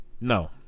No